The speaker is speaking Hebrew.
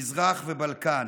מזרח ובלקן.